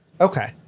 Okay